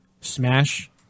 smash